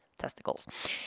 testicles